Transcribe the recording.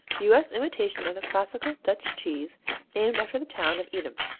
u s. imitation of the classical dutch cheese named after the town of edam.